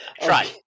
Try